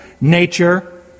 nature